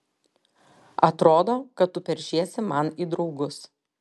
atrodo kad tu peršiesi man į draugus